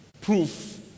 proof